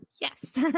Yes